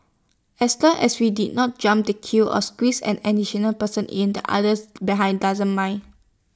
as long as we did not jump the queues or squeezed an additional person in the others behind doesn't mind